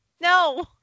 No